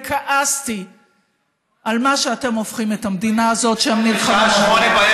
וכעסתי על מה שאתם הופכים את המדינה הזאת שהם נלחמו עבורה.